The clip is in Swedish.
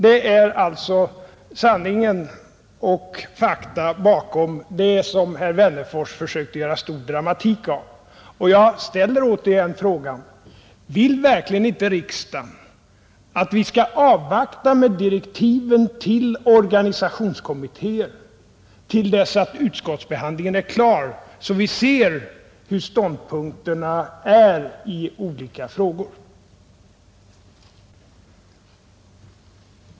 Detta är alltså sanningen och fakta bakom det som herr Wennerfors försökte göra stor dramatik av och jag ställer återigen frågan: Vill verkligen inte riksdagen att vi skall vänta med att lämna direktiv åt organisationskommittéer till dess utskottsbehandlingen av olika frågor är klar, så att vi ser vilka ståndpunkter som finns?